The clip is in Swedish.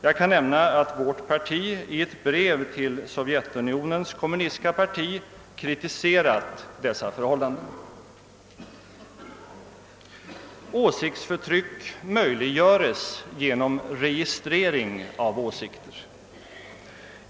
Jag kan nämna att vårt parti i ett brev till Sovjetunionens kommunistiska parti kritiserat dessa förhållanden. Åsiktsförtryck möjliggöres genom registrering av åsikter.